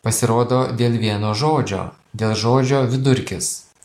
pasirodo dėl vieno žodžio dėl žodžio vidurkis